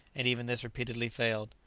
and even this repeatedly failed.